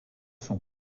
sont